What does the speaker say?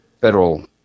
federal